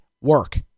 work